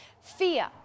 fear